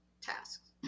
tasks